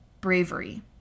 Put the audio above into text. Bravery